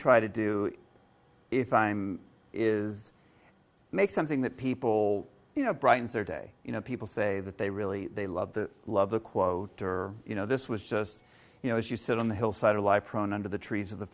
try to do if i'm is make something that people you know brightens their day you know people say that they really they love the love the quote or you know this was just you know as you said on the hillside or lie prone under the trees